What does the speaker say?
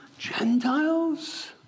Gentiles